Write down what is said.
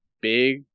big